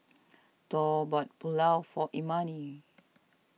Thor bought Pulao for Imani